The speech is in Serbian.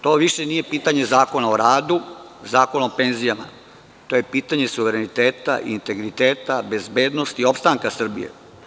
To više nije pitanje Zakona o radu, Zakona o penzijama, to je pitanje suvereniteta, integriteta, bezbednosti, opstanka Srbije.